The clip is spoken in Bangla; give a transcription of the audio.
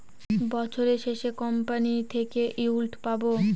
বছরের শেষে কোম্পানি থেকে ইল্ড পাবো